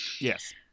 Yes